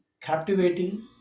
captivating